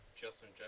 Justin